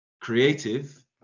creative